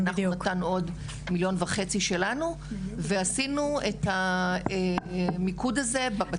אנחנו נתנו עוד 1.5 מיליון שלנו ועשינו את המיקוד הזה בבתים.